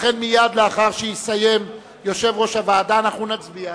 לכן מייד לאחר שיסיים יושב-ראש הוועדה אנחנו נצביע.